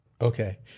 Okay